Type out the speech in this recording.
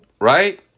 Right